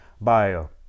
bio